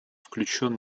включен